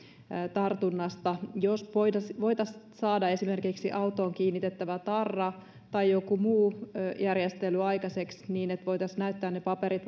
tartunnasta jos voitaisiin voitaisiin saada esimerkiksi autoon kiinnitettävä tarra tai joku muu järjestely aikaiseksi niin että voitaisiin näyttää ne paperit